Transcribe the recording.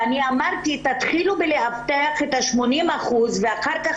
אני אמרתי שיתחילו לאבטח את ה-80 אחוזים ואחר כך